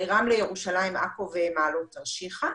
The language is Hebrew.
רמלה, ירושלים, עכו ומעלות תרשיחא.